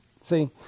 See